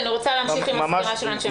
אני רוצה להמשיך עם הסקירה של אנשי המקצוע.